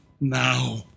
now